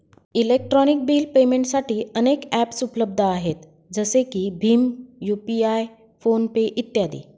electronic bill पेमेंटसाठी अनेक ॲप्सउपलब्ध आहेत जसे की भीम यू.पि.आय फोन पे इ